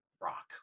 rock